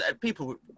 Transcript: people